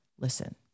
listen